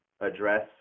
Address